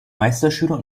meisterschüler